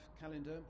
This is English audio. calendar